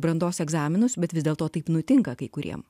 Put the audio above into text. brandos egzaminus bet vis dėlto taip nutinka kai kuriem